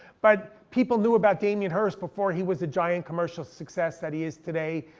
but people knew about damien hirst before he was a giant commercial success that he is today.